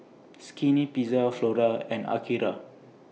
Skinny Pizza Flora and Akira